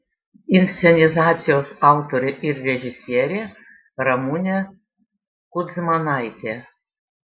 inscenizacijos autorė ir režisierė ramunė kudzmanaitė